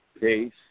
case